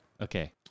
Okay